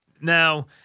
now